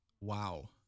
Wow